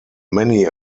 many